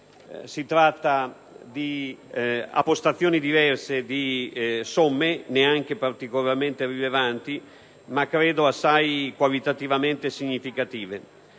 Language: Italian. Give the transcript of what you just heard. Si tratta di appostazioni diverse di somme non particolarmente rilevanti, ma qualitativamente significative.